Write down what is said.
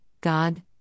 God